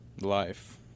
Life